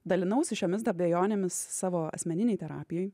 dalinausi šiomis abejonėmis savo asmeninėj terapijoj